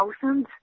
thousands